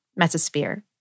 mesosphere